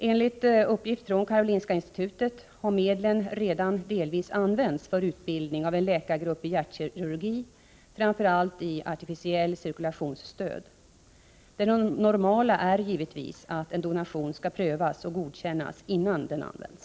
Enligt uppgift från Karolinska institutet har medlen delvis redan använts för utbildning av en läkargrupp i hjärtkirurgi, framför allt i artificiellt cirkulationsstöd. Det normala är givetvis att en donation skall prövas och godkännas innan den används.